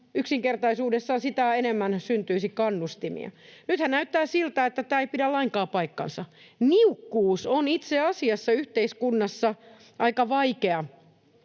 yksinkertaisuudessaan sitä enemmän syntyisi kannustimia. Nythän näyttää siltä, että tämä ei pidä lainkaan paikkaansa. Niukkuus on itse asiassa yhteiskunnassa aika vaikea